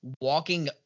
walking